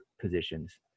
positions